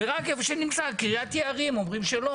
ורק קרית יערים אומרים שלא.